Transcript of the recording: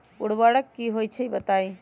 उर्वरक की होई छई बताई?